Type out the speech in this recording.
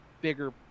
bigger